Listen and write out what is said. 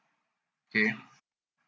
okay